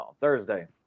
Thursday